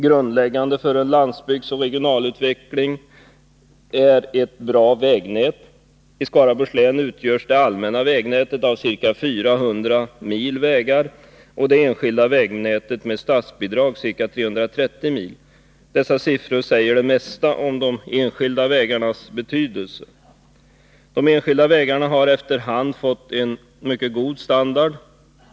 Grundläggande för en landsbygdsutveckling och en regional utveckling är ett bra vägnät. I Skaraborgs län omfattar det allmänna vägnätet ca 400 mil och det enskilda vägnätet med statsbidrag ca 330 mil. Dessa siffror säger det mesta om de enskilda vägarnas betydelse. De enskilda vägarna har efter hand fått en mycket god standard.